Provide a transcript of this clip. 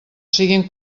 siguin